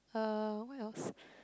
uh what else